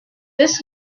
this